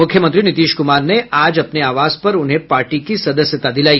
मुख्यमंत्री नीतीश कुमार ने आज अपने आवास पर उन्हें पार्टी की सदस्यता दिलाई